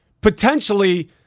potentially